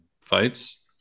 fights